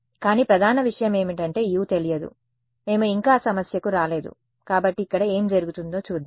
కానీ ప్రధాన విషయం ఏమిటంటే U తెలియదు మేము ఇంకా ఆ సమస్యకు రాలేదు కాబట్టి ఇక్కడ ఏమి జరుగుతుందో చూద్దాం